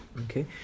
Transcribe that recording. Okay